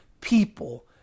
people